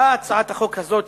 באה הצעת החוק הזאת,